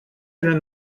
einen